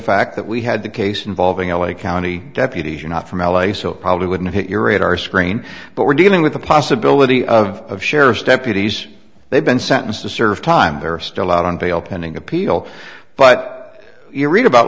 fact that we had the case involving l a county deputies are not from l a so it probably wouldn't hit your radar screen but we're dealing with the possibility of sheriff's deputies they've been sentenced to serve time they are still out on bail pending appeal but you read about